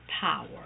power